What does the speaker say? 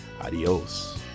Adios